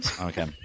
Okay